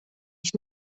ich